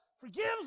forgives